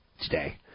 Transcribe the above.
today